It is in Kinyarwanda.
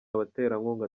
baterankunga